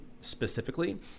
specifically